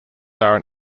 are